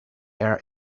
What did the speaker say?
air